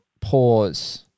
pause